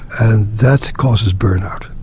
and that causes burnout.